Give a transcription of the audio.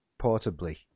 portably